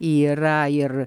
yra ir